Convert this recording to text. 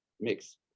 mix